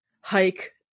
Hike